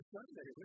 Sunday